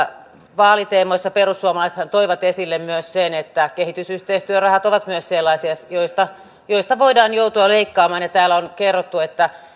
vaaliteemoissa perussuomalaiset toivat esille myös sen että kehitysyhteistyörahat ovat myös sellaisia joista joista voidaan joutua leikkaamaan täällä on kerrottu että